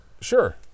Sure